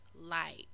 light